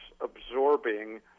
absorbing